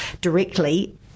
directly